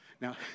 Now